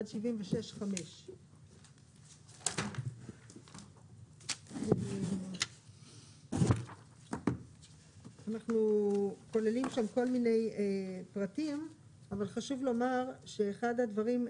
עד 76.5. אנחנו כוללים שם כל מיני פרטים אבל חשוב לומר שאחד הדברים,